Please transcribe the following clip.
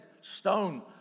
stone